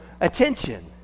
attention